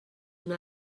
una